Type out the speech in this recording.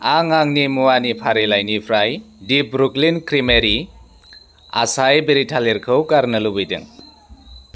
आं आंनि मुवानि फारिलाइनिफ्राय दि ब्रुक्लिन क्रिमेरि आचाइ बेरि थालिरखौ गारनो लुबैदों